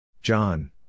John